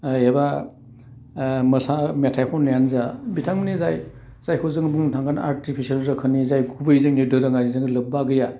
एबा मोसा मेथाइ खन्नायानो जा बिथांमोननि जाय जायखौ जोङो बुंनो थागोन आर्टिफिसेल रोखोमनि जाय गुबैयै जोंनि दोरोङारिजों लोब्बा गैया